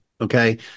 Okay